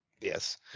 yes